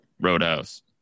roadhouse